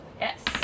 Yes